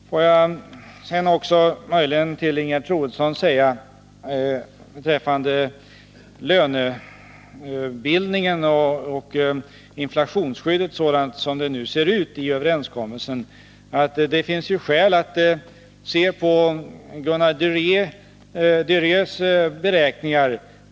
Får jag sedan till Ingegerd Troedsson också säga några ord beträffande lönebildningen och inflationsskyddet sådant det nu ser ut i överenskommelsen. Det finns i detta sammanhang skäl att studera Gunnar Du Rietz beräkningar.